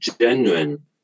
genuine